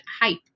hype